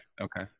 Okay